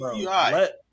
let